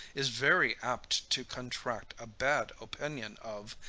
is very apt to contract a bad opinion of,